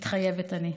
מתחייבת אני.